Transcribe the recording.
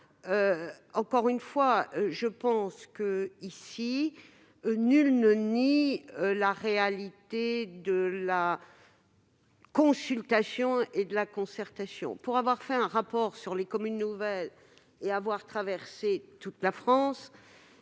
commission ? Tout d'abord, nul ne nie ici la réalité de la consultation et de la concertation ! Pour avoir fait un rapport sur les communes nouvelles et avoir traversé toute la France,